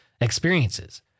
experiences